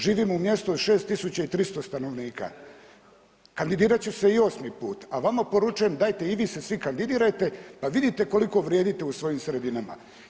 Živim u mjestu od 6300 stanovnika, kandidirat ću se i osmi put a vama poručujem dajte i vi se svi kandidirajte, pa vidite koliko vrijedite u svojim sredinama.